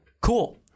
cool